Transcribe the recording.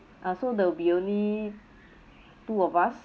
uh so there will be only two of us